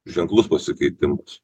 ženklus pasikeitimas